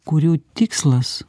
kurių tikslas